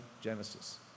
Genesis